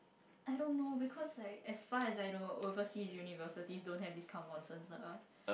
I don't know because like as far as I know overseas university don't have this kind of nonsense lah